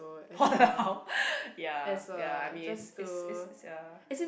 walao ya ya I mean it's it's it's ya